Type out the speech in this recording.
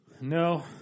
No